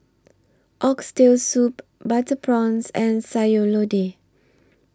Oxtail Soup Butter Prawns and Sayur Lodeh